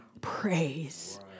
praise